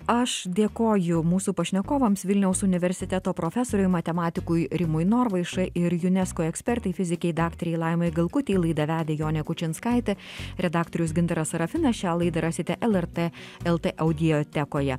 aš dėkoju mūsų pašnekovams vilniaus universiteto profesoriui matematikui rimui norvaiša ir unesco ekspertei fizikei daktarei laimai galkutei laidą vedė jonė kučinskaitė redaktorius gintaras sarafinas šią laidą rasite lrt el t audiotekoje